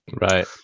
Right